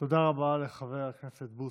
תודה רבה לחבר הכנסת בוסו.